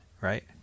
right